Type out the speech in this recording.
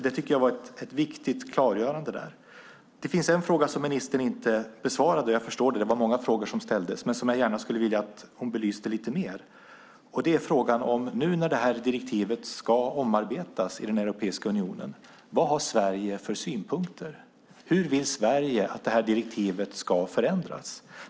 Det tycker jag var ett viktigt klargörande. Det finns en fråga som ministern inte besvarade - och jag förstår det, för det var många frågor som ställdes - men som jag gärna skulle vilja att hon belyste lite mer. Nu när det här direktivet ska omarbetas i Europeiska unionen, vad har Sverige för synpunkter? Hur vill Sverige att direktivet ska förändras?